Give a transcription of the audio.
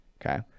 Okay